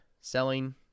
selling